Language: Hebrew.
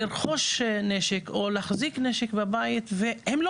לרכוש נשק או להחזיק נשק בבית והם לא